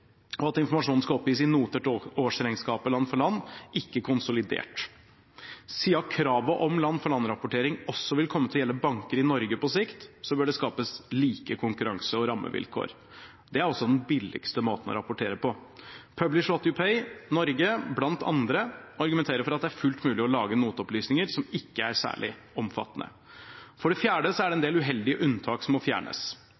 og at informasjonen skal oppgis i noter til årsregnskapet, land for land, ikke konsolidert. Siden kravet om land-for-land-rapportering også vil komme til å gjelde banker i Norge på sikt, bør det skapes like konkurranse- og rammevilkår. Det er også den billigste måten å rapportere på. Publish What You Pay Norge – bl.a. – argumenterer for at det er fullt mulig å lage noteopplysninger som ikke er særlig omfattende. For det fjerde er det en del uheldige unntak som må fjernes.